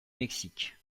mexique